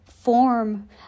form